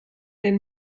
den